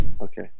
Okay